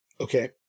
Okay